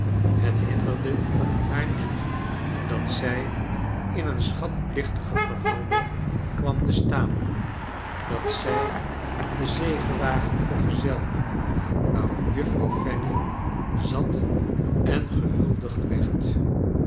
het hinderde haar niet dat zij in een schatplichtige verhouding kwam te staan dat zij den zegewagen vergezelde waarop juffronw fanny zat en gehuldigd werd